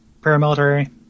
Paramilitary